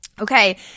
okay